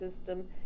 system